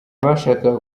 bashakaga